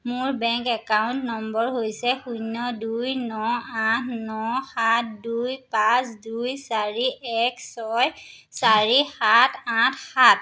মোৰ bank account নম্বৰ হৈছে শূন্য দুই ন আঠ ন সাত দুই পাঁচ দুই চাৰি এক ছয় চাৰি সাত আঠ সাত